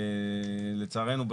לצערנו,